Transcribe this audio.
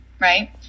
right